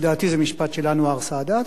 לדעתי זה משפט של אנואר סאדאת,